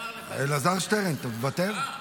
אלעזר שטרן, אתה מוותר?